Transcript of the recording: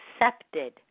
accepted